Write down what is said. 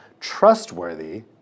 trustworthy